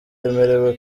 yemerewe